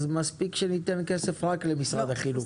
אז מספיק שניתן כסף רק למשרד החינוך.